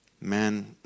Man